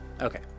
Okay